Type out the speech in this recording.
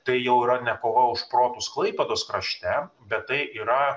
tai jau ne kova už protus klaipėdos krašte bet tai yra